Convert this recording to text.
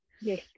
Yes